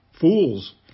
fools